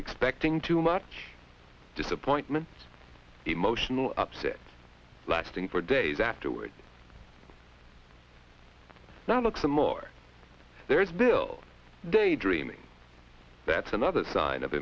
expecting too much disappointment emotional upset lasting for days afterwards now look for more there is bill daydreaming that's another sign of